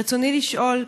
רצוני לשאול: